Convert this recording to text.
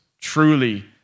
truly